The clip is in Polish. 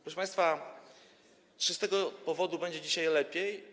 Proszę państwa, czy z tego powodu będzie dzisiaj lepiej?